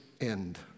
end